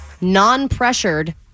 non-pressured